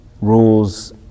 rules